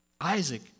Isaac